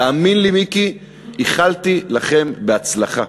תאמין לי, מיקי, איחלתי לכם בהצלחה.